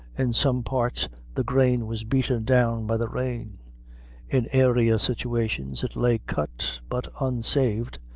in some parts the grain was beaten down by the rain in airier situations it lay cut but unsaved,